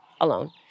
alone